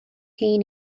pain